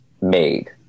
made